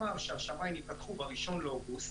וביום חמישי האחרון הטסנו לאילת 2,000 איש.